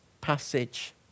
passage